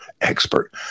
expert